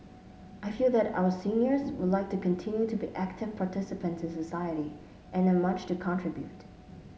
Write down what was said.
I feel that our seniors would like to continue to be active participants in society and have much to contribute